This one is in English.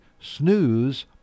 snooze